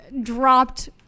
dropped